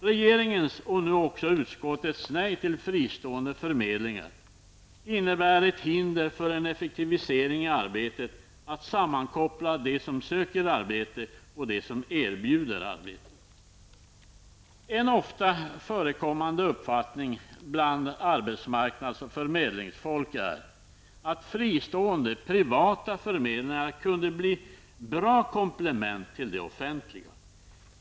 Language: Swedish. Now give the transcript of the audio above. Regeringens och nu också utskottets nej till fristående förmedlingar innebär ett hinder för en effektivisering i arbetet att sammankoppla dem som söker arbete med dem som erbjuder arbete. En ofta förekommande uppfattning bland arbetsmarknads och förmedlingsfolk är att fristående/privata förmedlingar kunde bli bra komplement till de offentliga.